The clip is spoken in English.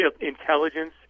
intelligence